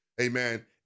amen